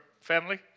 family